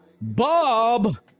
Bob